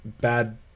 bad